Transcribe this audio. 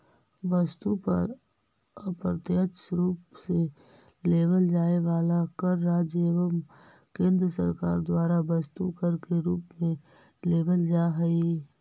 वस्तु पर अप्रत्यक्ष रूप से लेवल जाए वाला कर राज्य एवं केंद्र सरकार द्वारा वस्तु कर के रूप में लेवल जा हई